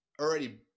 already